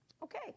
Okay